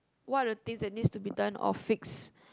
what are the things that need to be done or fixed